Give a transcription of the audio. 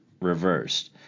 reversed